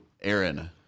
Aaron